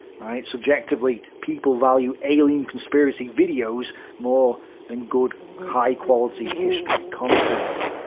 subjectively, people value alien conspiracy videos more than good high-quality history content.